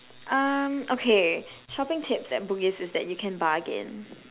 um okay shopping tips at Bugis is that you can bargain